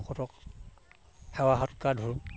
ভকতক সেৱা সৎকাৰ ধৰো